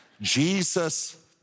Jesus